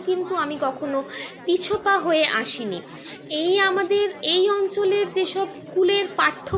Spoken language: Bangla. করতেও কিন্তু আমি কখনও পিছপা হয়ে আসিনি এই আমাদের এই অঞ্চলের যেসব স্কুলের পাঠ্য